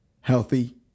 Healthy